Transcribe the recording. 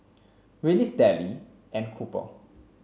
Willis Dellie and Cooper